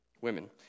women